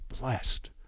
blessed